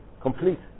complete